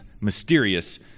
mysterious